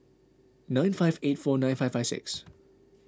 nine five eight four nine five five six